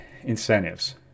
incentives